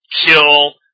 kill